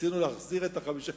ניסינו להחזיר את ה-5%?